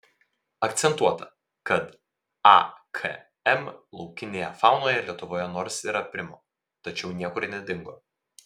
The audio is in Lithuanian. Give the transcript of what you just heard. akcentuota kad akm laukinėje faunoje lietuvoje nors ir aprimo tačiau niekur nedingo